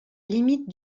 limite